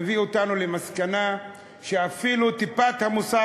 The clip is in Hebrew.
מביאים אותנו למסקנה שאפילו את טיפת המוסר